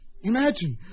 Imagine